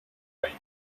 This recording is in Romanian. aici